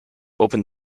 open